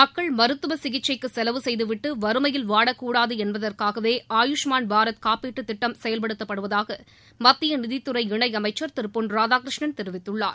மக்கள் மருத்துவ சிகிச்சைக்கு செலவு செய்துவிட்டு வறுமையில் வாடக்கூடாது என்பதற்காகவே ஆயுஷ்மான் பாரத் காப்பீட்டு திட்டம் செயல்படுத்தப்படுவதாக மத்திய நிதித்துறை இணை அமைச்சர் திரு பொன் ராதாகிருஷ்ணன் தெரிவித்துள்ளார்